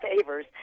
favors